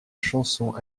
chanson